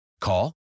Call